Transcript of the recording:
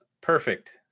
perfect